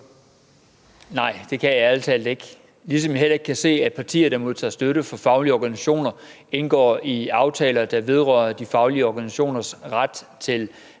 Nej, det kan jeg ærlig talt ikke, ligesom jeg heller ikke kan se, at partier, der modtager støtte fra faglige organisationer, indgår i aftaler, der vedrører de faglige organisationers ret til